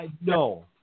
No